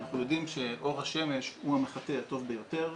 אנחנו יודעים שאור השמש הוא המחטא הטוב ביותר,